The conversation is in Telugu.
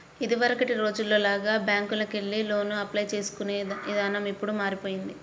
ఇదివరకటి రోజుల్లో లాగా బ్యేంకుకెళ్లి లోనుకి అప్లై చేసుకునే ఇదానం ఇప్పుడు మారిపొయ్యింది